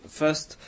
first